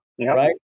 Right